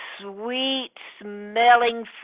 sweet-smelling